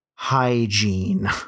hygiene